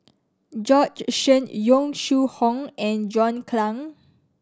Bjorn Shen Yong Shu Hoong and John Clang